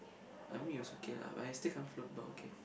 I mean it was okay lah but I still can't float but okay